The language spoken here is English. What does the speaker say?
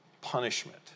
punishment